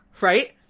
Right